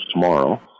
tomorrow